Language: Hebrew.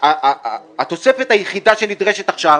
התוספת היחידה שנדרשת עכשיו